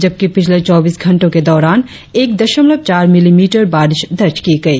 जबकि पिछले चौबीस घंटो के दौरान एक दशमलव चार मिलीलीटर बारिश दर्ज की गई